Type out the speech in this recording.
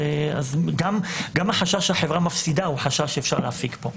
גם החשש שהחברה מפסידה הוא חשש שאפשר להסיק פה.